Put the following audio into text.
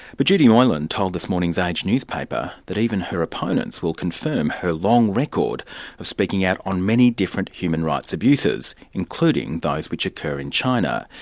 but judy moylan told this morning's age newspaper that even her opponents will confirm her long record of speaking out on many different human rights abuses, including those which occur in china.